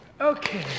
okay